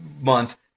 month